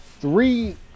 three